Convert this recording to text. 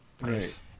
nice